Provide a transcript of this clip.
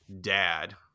dad